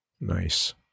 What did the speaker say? Nice